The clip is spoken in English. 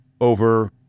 over